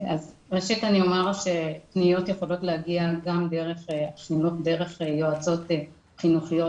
ראשית אני אומר שפניות יכולות להגיע גם דרך יועצות חינוכיות